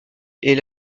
est